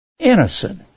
innocent